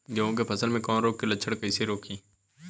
गेहूं के फसल में कवक रोग के लक्षण कईसे रोकी?